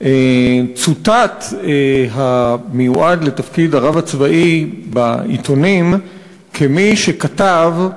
צוטט המיועד לתפקיד הרב הצבאי בעיתונים כמי שכתב: